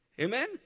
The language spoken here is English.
Amen